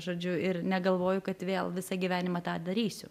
žodžiu ir negalvoju kad vėl visą gyvenimą tą darysiu